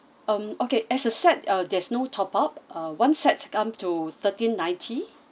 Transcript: um okay as a set uh there's no top up uh one set come to thirteen ninety